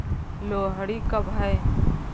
लोहड़ी कब है?